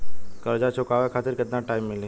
कर्जा चुकावे खातिर केतना टाइम मिली?